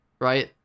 right